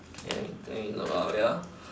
okay let me look wait ah